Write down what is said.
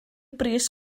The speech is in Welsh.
bris